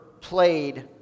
played